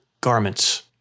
garments